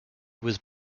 was